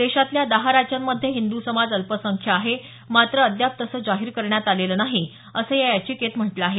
देशातल्या दहा राज्यांमध्ये हिंदू समाज अल्पसंख्य आहे मात्र अद्याप तसं जाहीर करण्यात आलेलं नाही असं या याचिकेत म्हटलं आहे